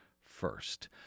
first